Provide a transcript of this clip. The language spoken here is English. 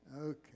Okay